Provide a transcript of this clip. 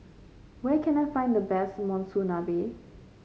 where can I find the best Monsunabe